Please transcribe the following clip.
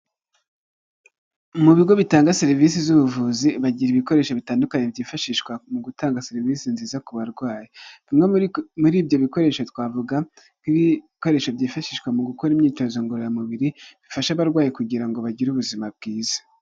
Mu bigo bitanga serivisi z'ubuvuzi bagira ibikoresho bitandukanye byifashishwa mu gutanga serivisi nziza ku barwayi, bimwe muri ibyo bikoresho twavuga nk'ibikoresho byifashishwa mu gukora imyitozo ngororamubiri, bifasha abarwayi kugira ngo bagire ubuzima bwiza.